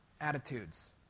attitudes